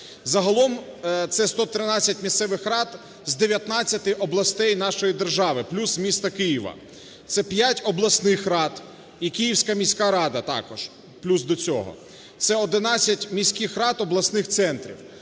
Загалом це 113 місцевих рад з 19 областей нашої держави плюс з міста Києва, це 5 обласних рад і Київська міська рада також плюс до цього, це 11 міських рад обласних центрів.